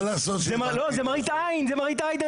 זה מראית עין! זה מרעית עין,